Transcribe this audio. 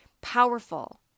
Powerful